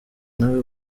nawe